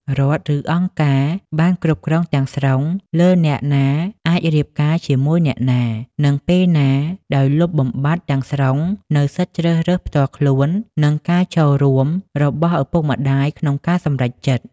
រដ្ឋ ឬ "អង្គការ" បានគ្រប់គ្រងទាំងស្រុងលើអ្នកណាអាចរៀបការជាមួយអ្នកណា និងពេលណា ដោយលុបបំបាត់ទាំងស្រុងនូវសិទ្ធិជ្រើសរើសផ្ទាល់ខ្លួននិងការចូលរួមរបស់ឪពុកម្តាយក្នុងការសម្រេចចិត្ត។